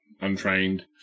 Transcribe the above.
untrained